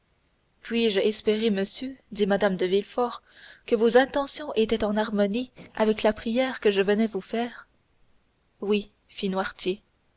puis-je espérer monsieur dit mme de villefort que vos intentions étaient en harmonie avec la prière que je venais vous faire oui